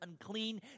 unclean